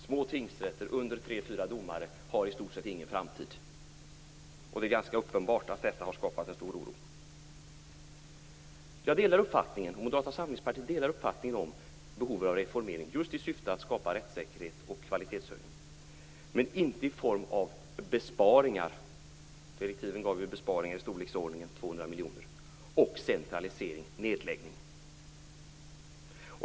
Små tingsrätter med mindre än tre fyra domare har i stort sett ingen framtid. Det är ganska uppenbart att detta har skapat stor oro. Fru talman! Jag och Moderata samlingspartiet delar uppfattningen om behovet av reformering just i syfte att skapa rättssäkerhet och kvalitetshöjning, men inte i form av besparingar. Direktiven gav ju besparingar på i storleksordningen 2 miljoner och ledde till centralisering, nedläggning.